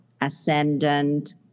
ascendant